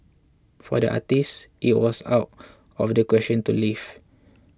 for the artist it was out of the question to leave